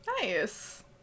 Nice